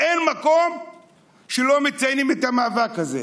אין מקום שלא מציינים את המאבק הזה,